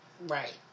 Right